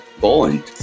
born